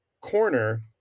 corner